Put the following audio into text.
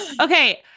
Okay